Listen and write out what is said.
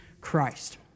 Christ